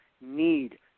need